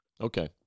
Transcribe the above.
Okay